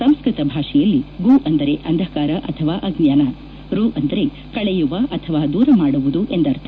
ಸಂಸ್ಕತ ಭಾಷೆಯಲ್ಲಿ ಗು ಅಂದರೆ ಅಂಧಕಾರ ಅಥವಾ ಅಜ್ಞಾನ ರು ಅಂದರೆ ಕಳೆಯುವ ಅಥವಾ ದೂರ ಮಾಡುವುದು ಎಂದರ್ಥ